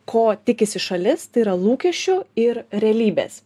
ko tikisi šalis tai yra lūkesčių ir realybės